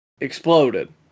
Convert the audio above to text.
exploded